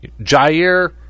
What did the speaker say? Jair